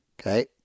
Okay